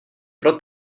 pro